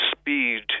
speed